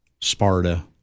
Sparta